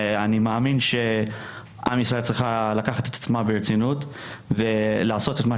אני מאמין שעם ישראל צריך לקחת את עצמו ברצינות ולעשות את מה